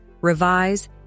revise